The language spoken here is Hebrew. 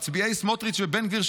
מצביעי סמוטריץ' ובן גביר,